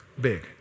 big